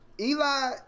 Eli